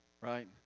right